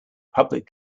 public